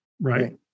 Right